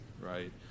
right